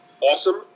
awesome